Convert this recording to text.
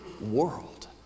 world